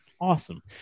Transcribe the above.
Awesome